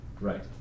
Right